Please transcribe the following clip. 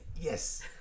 Yes